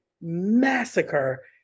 massacre